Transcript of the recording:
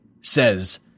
says